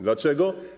Dlaczego?